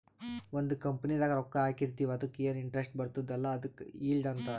ಒಂದ್ ಕಂಪನಿದಾಗ್ ರೊಕ್ಕಾ ಹಾಕಿರ್ತಿವ್ ಅದುಕ್ಕ ಎನ್ ಇಂಟ್ರೆಸ್ಟ್ ಬರ್ತುದ್ ಅಲ್ಲಾ ಅದುಕ್ ಈಲ್ಡ್ ಅಂತಾರ್